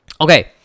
Okay